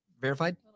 verified